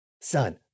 son